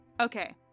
Okay